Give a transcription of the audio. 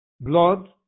Blood